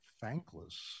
thankless